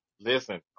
Listen